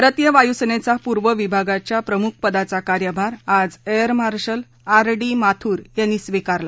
भारतीय वायुसेनेचा पूर्व विभागाच्या प्रमुख पदाचा कार्यभार आज air marshal R D Mathur यांनी स्वीकारला